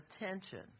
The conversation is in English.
attention